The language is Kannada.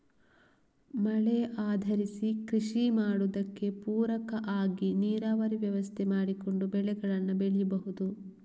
ಮಳೆ ಆಧರಿಸಿ ಕೃಷಿ ಮಾಡುದಕ್ಕೆ ಪೂರಕ ಆಗಿ ನೀರಾವರಿ ವ್ಯವಸ್ಥೆ ಮಾಡಿಕೊಂಡು ಬೆಳೆಗಳನ್ನ ಬೆಳೀಬಹುದು